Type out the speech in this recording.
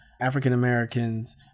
African-Americans